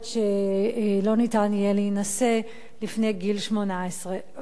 שלא ניתן יהיה להינשא לפני גיל שמונָה-עשרה.